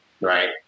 right